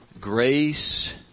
grace